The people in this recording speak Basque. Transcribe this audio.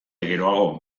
geroago